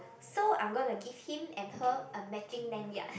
so I'm gonna give him and her a matching lanyard